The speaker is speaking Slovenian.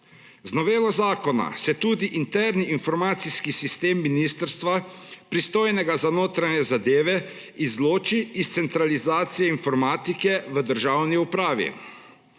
Z novelo zakona se tudi interni informacijski sistem ministrstva, pristojnega za notranje zadeve, izloči iz centralizacije informatike v državni upravi.